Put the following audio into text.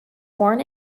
born